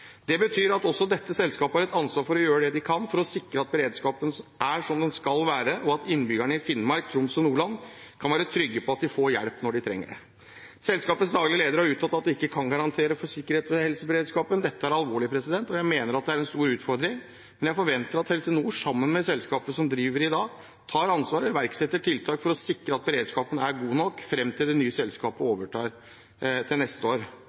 Det betyr at også dette selskapet har ansvar for å gjøre det de kan for å sikre at beredskapen er som den skal være, og at innbyggerne i Finnmark, Troms og Nordland kan være trygge på at de får hjelp når de trenger det. Selskapets daglige leder har uttalt at de ikke kan garantere for sikkerheten og helseberedskapen. Dette er alvorlig, og jeg mener det er en stor utfordring, men jeg forventer at Helse Nord, sammen med selskapet som driver i dag, tar ansvar og iverksetter tiltak for å sikre at beredskapen er god nok fram til det nye selskapet overtar til neste år.